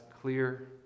clear